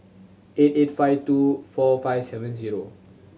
eight eight five two four five seven zero